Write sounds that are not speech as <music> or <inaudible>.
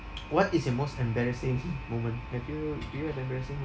what is your most embarrassing <laughs> moment have you do you have embarrassing